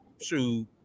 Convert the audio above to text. Shoot